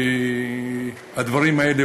הדברים האלה,